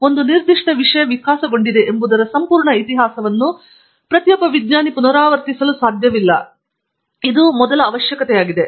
ಆದ್ದರಿಂದ ಒಂದು ನಿರ್ದಿಷ್ಟ ವಿಷಯ ವಿಕಾಸಗೊಂಡಿದೆ ಎಂಬುದರ ಸಂಪೂರ್ಣ ಇತಿಹಾಸವನ್ನು ಪ್ರತಿಯೊಬ್ಬ ವಿಜ್ಞಾನಿ ಪುನರಾವರ್ತಿಸಲು ಸಾಧ್ಯವಿಲ್ಲ ಎಂದು ನಾವು ಮಾಡಬೇಕಾದ ಮೊದಲ ಅವಶ್ಯಕತೆಯಾಗಿದೆ